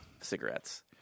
cigarettes